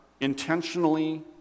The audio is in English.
intentionally